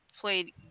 played